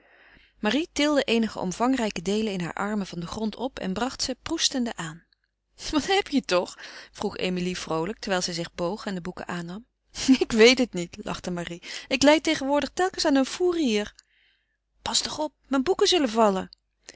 marie tilde eenige omvangrijke deelen in haar armen van den grond op en bracht ze proestende aan wat heb je toch vroeg emilie vroolijk terwijl zij zich boog en de boeken aannam ik weet het niet lachte marie ik lijd tegenwoordig telkens aan een fou rire pas toch op mijn boeken zullen vallen